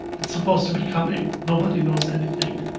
it's supposed to be coming. nobody knows anything.